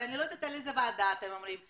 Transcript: אבל אני לא יודעת על איזה ועדה אתם מדברים.